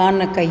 कोन्ह कई